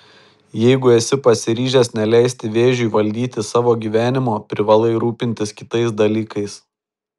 jeigu esi pasiryžęs neleisti vėžiui valdyti savo gyvenimo privalai rūpintis kitais dalykais